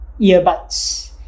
earbuds